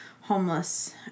homeless